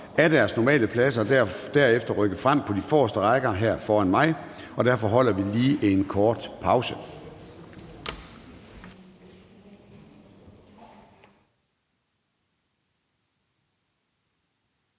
af deres normale pladser og derefter rykke frem på de forreste rækker foran mig. Derfor holder vi lige en kort pause.